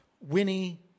Winnie